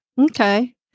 Okay